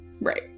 Right